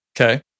Okay